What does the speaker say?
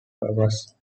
purpose